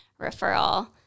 referral